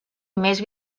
més